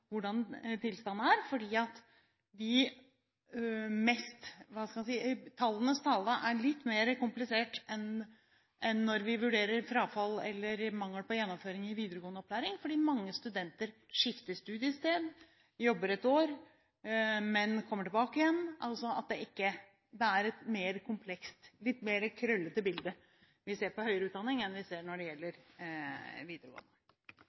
hvordan tilstanden er. Tallenes tale er litt mer komplisert enn når vi vurderer frafall eller mangel på gjennomføring i videregående opplæring: Mange studenter skifter studiested, jobber et år, men kommer tilbake igjen – det er et mer komplekst, litt mer krøllete bilde vi ser når det gjelder høyere utdanning, enn vi ser når det gjelder videregående